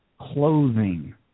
clothing